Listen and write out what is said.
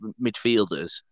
midfielders